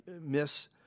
Miss